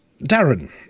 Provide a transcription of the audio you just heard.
darren